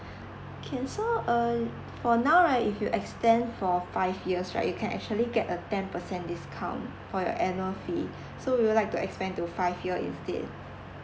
can so uh for now right if you extend for five years right you can actually get a ten percent discount for your annual fee so would you like to extend to five years instead